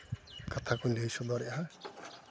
ᱠᱟᱛᱷᱟ ᱠᱚᱧ ᱞᱟᱹᱭ ᱥᱚᱫᱚᱨᱮᱫᱟ